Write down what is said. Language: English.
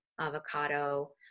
Avocado